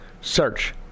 Search